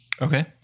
Okay